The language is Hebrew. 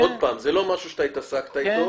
זה לא משהו שאתה התעסקת איתו,